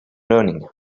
learning